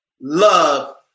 love